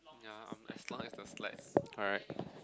ya I'm as long as the slides alright